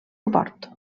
suport